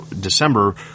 December